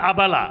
Abala